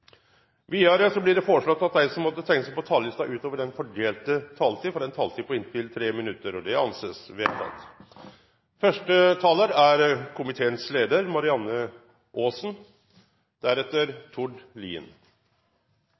Videre blir det foreslått at den som måtte tegne seg på talerlisten utover den fordelte taletid, får en taletid på inntil 3 minutter. – Det anses vedtatt.